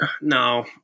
no